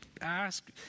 ask